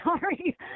sorry